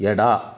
ಎಡ